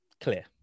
clear